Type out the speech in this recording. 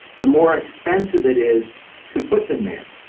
the more expensive it is to put them there.